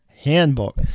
Handbook